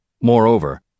Moreover